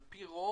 על פי רוב,